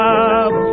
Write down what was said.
up